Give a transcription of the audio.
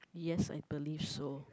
yes I believe so